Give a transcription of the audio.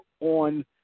on